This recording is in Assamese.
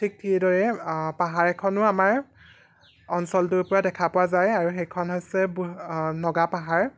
ঠিক সেইদৰে পাহাৰ এখনো আমাৰ অঞ্চলটোৰ পৰা দেখা পোৱা যায় আৰু সেইখন হৈছে নগা পাহাৰ